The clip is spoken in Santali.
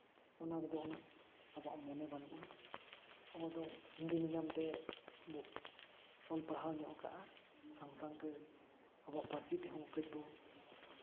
ᱚᱱᱟ ᱨᱮᱫᱚ ᱩᱱᱟᱹᱜ ᱟᱵᱚᱣᱟᱜ ᱢᱚᱱᱮ ᱵᱟᱟᱹᱱᱩᱜᱼᱟ ᱟᱵᱚ ᱫᱚ ᱦᱤᱱᱫᱤ ᱢᱤᱰᱤᱭᱟᱢ ᱛᱮ ᱵᱚᱱ ᱚᱞ ᱯᱟᱲᱦᱟᱣ ᱧᱚᱜ ᱠᱟᱜᱼᱟ ᱥᱟᱱᱛᱟᱲ ᱛᱮ ᱟᱵᱚᱣᱟᱜ ᱯᱟᱹᱨᱥᱤ ᱛᱮᱦᱚᱸ ᱠᱟᱹᱡ ᱵᱚ